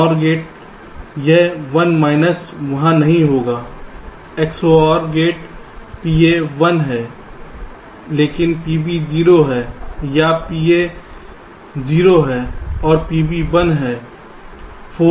NOR gate यह 1 minus वहां नहीं होगा XOR गेट PA 1 है लेकिन PB 0 है या PA 0 है और PB 1 है